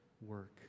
work